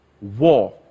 war